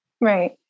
Right